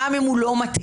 גם אם הוא לא מתאים,